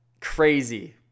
Crazy